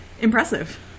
impressive